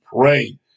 pray